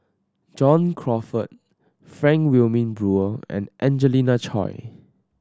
John Crawfurd Frank Wilmin Brewer and Angelina Choy